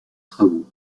travaux